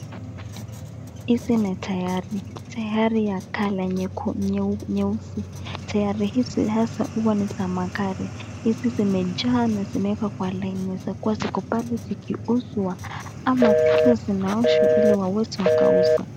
Hizi ni taeri, taeri ya color nyeusi. taeri hizi hasa huwa ni za magari. Hizi zimejaa na zimewekwa kwa laini zinaweza kuwa pale zikiuzwa ama zikiwa zinaoshwa ili waweze akauza.